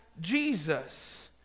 Jesus